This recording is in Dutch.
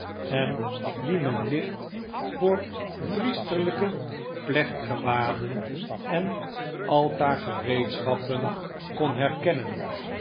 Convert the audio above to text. en die men licht voor priesterlijke plechtgewaden en altaargereedschappen kon herkennen